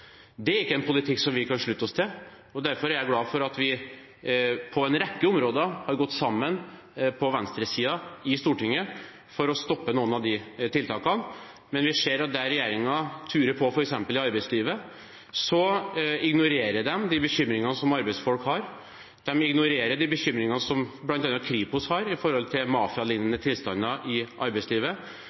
Det er ikke en politikk vi kan slutte oss til. Derfor er jeg glad for at vi på en rekke områder har gått sammen på venstresida i Stortinget for å stoppe noen av de tiltakene. Men vi ser at der regjeringen turer fram, f.eks. i arbeidslivet, ignorerer de de bekymringene som arbeidsfolk har. De ignorerer de bekymringene som bl.a. Kripos har når det gjelder mafialignende tilstander i arbeidslivet,